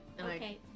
okay